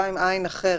המקום.